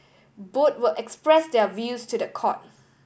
both will express their views to the court